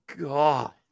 God